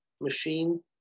machine